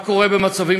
שאפשר,